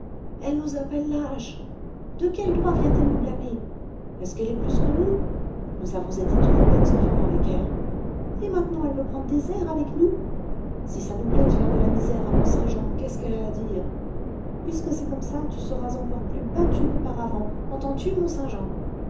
elle nous appelle lâches de quel droit vient-elle nous blâmer est-ce qu'elle est plus que nous nous avons été trop bonnes enfants avec elle et maintenant elle veut prendre des airs avec nous si ça nous plaît de faire de la misère à mont-saint-jean qu'est-ce qu'elle a à dire puisque c'est comme ça tu seras encore plus battue qu'auparavant entends-tu